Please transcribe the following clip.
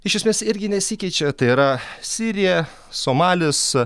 iš esmės irgi nesikeičia tai yra sirija somalis